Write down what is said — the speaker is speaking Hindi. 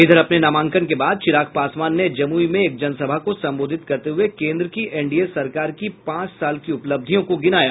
इधर अपने नामांकन के बाद चिराग पासवान ने जमुई में एक जनसभा को संबोधित करते हुए केन्द्र की एनडीए सरकार की पांच साल की उपलब्धियों को गिनाया